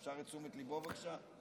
אפשר את תשומת ליבו, בבקשה?